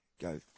Go